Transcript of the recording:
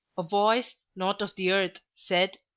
a voice, not of the earth, said,